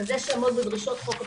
כזה שיעמוד בדרישות חוק הפיקוח,